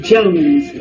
Jones